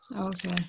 Okay